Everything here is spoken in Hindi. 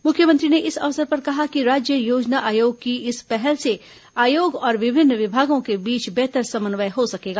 मुख्यमंत्री ने इस अवसर पर कहा कि राज्य योजना आयोग की इस पहल से आयोग और विभिन्न विभागों के बीच बेहतर समन्वय हो सकेगा